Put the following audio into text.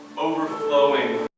overflowing